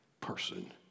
person